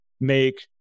make